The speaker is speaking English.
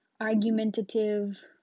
argumentative